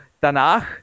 danach